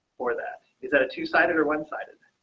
for that. is that a two sided or one sided